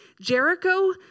Jericho